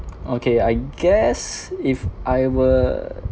okay I guess if I were